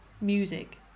music